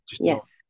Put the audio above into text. yes